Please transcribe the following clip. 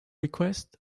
request